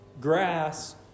grass